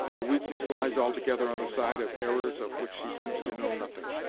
the weakness lies altogether on the side of errors of which she seems to know nothing.